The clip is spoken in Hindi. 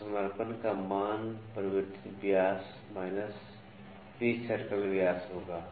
तो समर्पणका मान परिवर्तित व्यास माइनस पिच सर्कल व्यास होगा